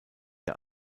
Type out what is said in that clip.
der